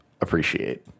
appreciate